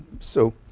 so